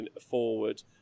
forward